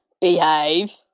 Behave